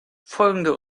folgende